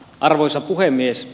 arvoisa puhemies